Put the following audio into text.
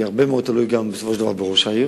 כי הרבה מאוד תלוי בסופו של דבר בראש העיר.